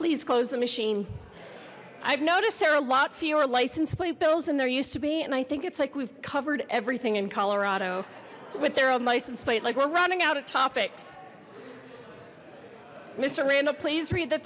please close the machine i've noticed there are lot for your license plate bills and there used to be and i think it's like we've covered everything in colorado with their own license plate like we're running out of topics mister randall please read the